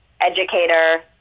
educator